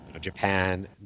Japan